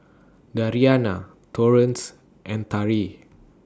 Dariana Torrance and Tari